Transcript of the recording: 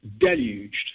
deluged